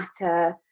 matter